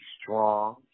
strong